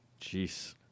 Jeez